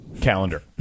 calendar